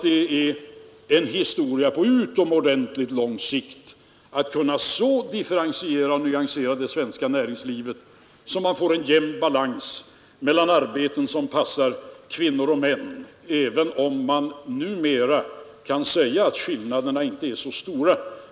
Det är en historia på utomordentligt lång sikt att kunna så differentiera och nyansera det svenska näringslivet att man får en jämn balans mellan arbeten som passar kvinnor och män, även om man numera kan säga att skillnaderna inte är så stora.